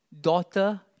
daughter